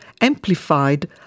amplified